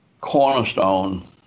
cornerstone